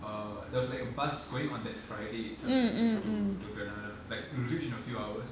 err there was like a bus going on that friday itself I think to to granada like we'll reach in a few hours